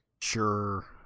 Sure